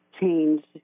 change